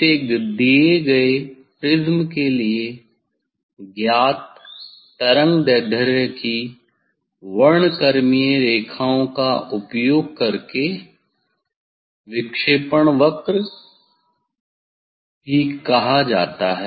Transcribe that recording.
इसे दिए गए प्रिज्म के लिए ज्ञात तरंगदैर्ध्य की वर्णक्रमीय रेखाओं का उपयोग करके विक्षेपण वक्र डिसपेरसिव कर्व भी कहा जाता है